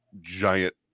giant